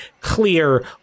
clear